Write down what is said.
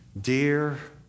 Dear